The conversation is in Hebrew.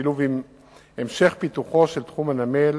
בשילוב עם המשך פיתוחו של תחום הנמל.